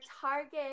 Target